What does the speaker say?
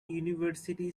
university